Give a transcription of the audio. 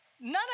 None